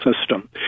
system